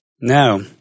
no